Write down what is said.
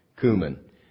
cumin